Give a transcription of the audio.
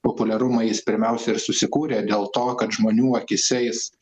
populiarumą jis pirmiausia ir susikūrė dėl to kad žmonių akyse jis